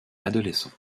adolescent